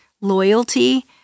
loyalty